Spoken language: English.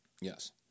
Yes